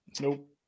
Nope